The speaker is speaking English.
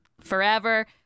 forever